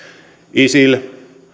isil